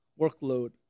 workload